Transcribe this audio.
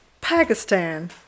Pakistan